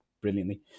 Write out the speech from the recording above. brilliantly